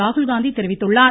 ராகுல்காந்தி தெரிவித்துள்ளார்